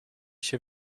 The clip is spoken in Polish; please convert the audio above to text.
się